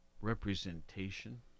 representation